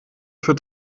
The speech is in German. für